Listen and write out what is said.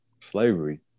slavery